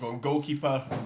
Goalkeeper